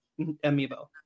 Amiibo